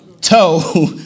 toe